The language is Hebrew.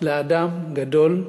לאדם גדול.